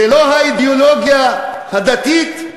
זה לא האידיאולוגיה הדתית?